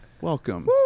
welcome